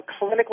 clinically